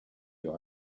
you